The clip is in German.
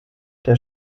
der